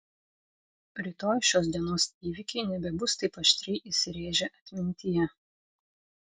rytoj šios dienos įvykiai nebebus taip aštriai įsirėžę atmintyje